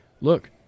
look